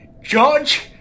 George